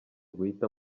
guhita